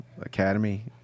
academy